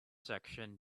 section